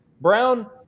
Brown